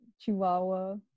Chihuahua